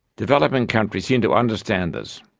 developing countries seem to understand this.